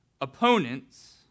opponents